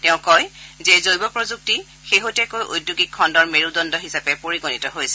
তেওঁ কয় যে জৈৱ প্ৰযুক্তি শেহতীয়াকৈ ঔদ্যোগিক খণুৰ মেৰুদণ্ধৰূপে পৰিগণিত হৈছে